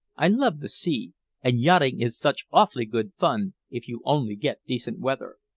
i love the sea and yachting is such awfully good fun, if you only get decent weather.